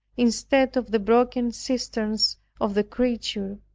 instead of the broken cisterns of the creature,